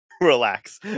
relax